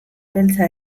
beltza